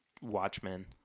Watchmen